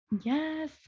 Yes